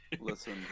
Listen